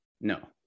No